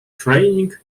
training